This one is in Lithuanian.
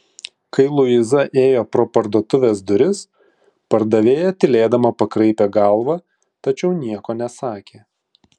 kai luiza ėjo pro parduotuvės duris pardavėja tylėdama pakraipė galvą tačiau nieko nesakė